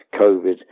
COVID